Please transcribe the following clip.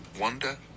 Wonder